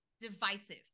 divisive